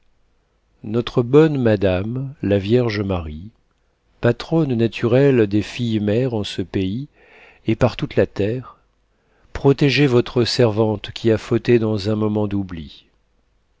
notre bonne madame la vierge marie patronne naturelle des filles mères en ce pays et par toute la terre protégez votre servante qui a fauté dans un moment d'oubli